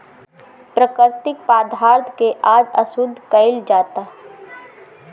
प्राकृतिक पदार्थ के आज अशुद्ध कइल जाता